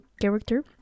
character